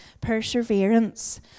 perseverance